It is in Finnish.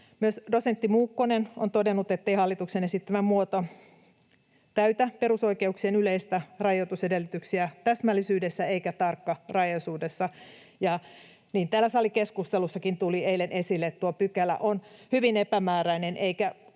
Myös dosentti Muukkonen on todennut, ettei hallituksen esittämä muoto täytä perusoikeuksien yleisiä rajoitusedellytyksiä täsmällisyydessä eikä tarkkarajaisuudessa. Täällä salikeskustelussakin tuli eilen esille, että tuo pykälä on hyvin epämääräinen,